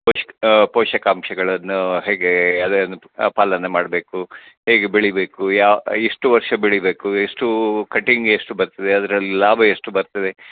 ಪಶ್ಕ್ ಪೋಷಕಾಂಶಗಳನ್ನು ಹೇಗೆ ಅದೇನು ಪಾಲನೆ ಮಾಡಬೇಕು ಹೇಗೆ ಬೆಳಿಬೇಕು ಯಾವ ಎಷ್ಟು ವರ್ಷ ಬೆಳಿಬೇಕು ಎಷ್ಟು ಕಟಿಂಗ್ ಎಷ್ಟು ಬರ್ತದೆ ಅದ್ರಲ್ಲಿ ಲಾಭ ಎಷ್ಟು ಬರ್ತದೆ